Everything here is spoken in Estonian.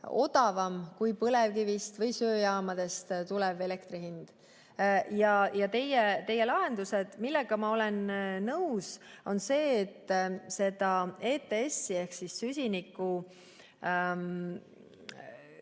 kui põlevkivist või söejaamadest tuleva elektri hind. Ja teie lahendused. Millega ma olen nõus, on see, et ETS-i ehk süsinikumeetme